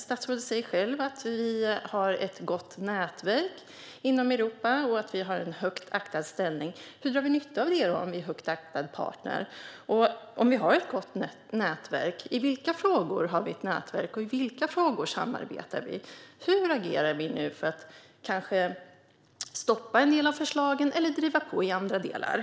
Statsrådet säger att vi har ett gott nätverk inom Europa och att vi är en högt aktad partner. Men hur drar vi nytta av att vi är en högt aktad partner? I vilka frågor har vi ett nätverk och i vilka frågor samarbetar vi? Hur agerar vi nu för att kanske stoppa en del av förslagen eller driva på i andra delar?